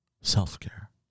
self-care